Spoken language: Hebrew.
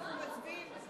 אנחנו מצביעים.